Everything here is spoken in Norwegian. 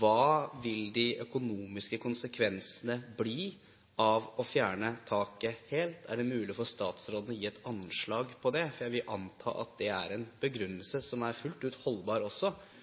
Hva vil de økonomiske konsekvensene bli av å fjerne taket helt? Er det mulig for statsråden å gi et anslag for det? Jeg vil anta at det er en begrunnelse som også er fullt ut holdbar